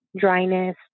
dryness